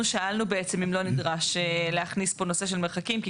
אנחנו שאלנו בעצם אם לא נדרש להכניס פה נושא של מרחקים כי